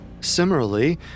Similarly